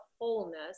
wholeness